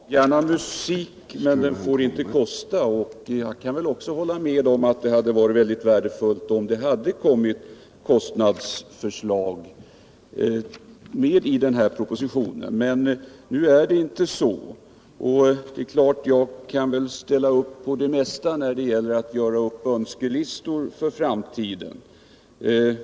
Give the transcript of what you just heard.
Herr talman! Gärna musik, men den får inte kosta. Jag kan hålla med om att det hade varit värdefullt om det hade funnits kostnadsförslag med i den här propositionen. Nu är det inte så. Jag kan väl ställa upp på det mesta när det gäller att göra upp önskelistor för framtiden.